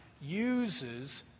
uses